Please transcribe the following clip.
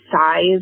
size